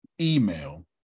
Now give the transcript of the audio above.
email